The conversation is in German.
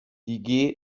die